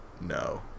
No